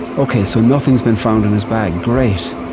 ok, so nothing's been found in his bag. great.